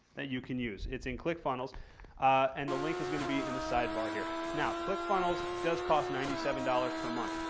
that you can use. it's in click funnels and the link is going to be in the side bar here. now, clickfunnels does cost ninety seven dollars per month.